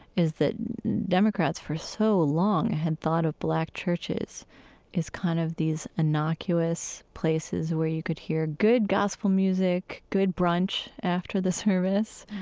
is that democrats for so long had thought of black churches as kind of these innocuous places where you could hear good gospel music, good brunch after the service.